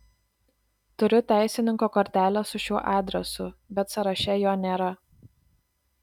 turiu teisininko kortelę su šiuo adresu bet sąraše jo nėra